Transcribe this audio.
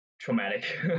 traumatic